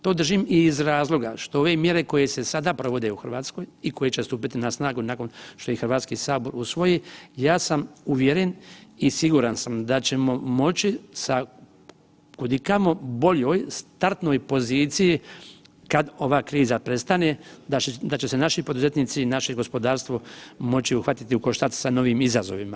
To držim i iz razloga što ove mjere koje se sada provode u Hrvatskoj i koje će stupiti na snagu nakon što ih Hrvatski sabor usvoji ja sam uvjeren i siguran sam da ćemo moći sa kudikamo boljoj startnoj poziciji kad ova kriza prestane, da će se naši poduzetnici i naše gospodarstvo moći uhvatiti u koštac sa novim izazovima.